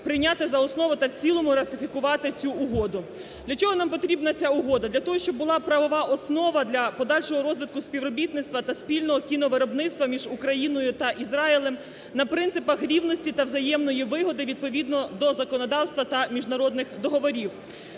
прийняти за основу та в цілому, ратифікувати цю угоду. Для чого нам потрібна ця угода? Для того, щоб була правова основа для подальшого розвитку, співробітництва та спільного кіновиробництва між Україною та Ізраїлем на принципах рівності та взаємної вигоди відповідно до законодавства та міжнародних договорів.